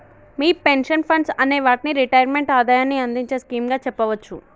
మీ pension funds అనే వాటిని retirement ఆదాయాన్ని అందించే స్కీమ్ గా చెప్పవచ్చు